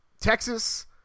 Texas